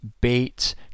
baits